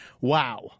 Wow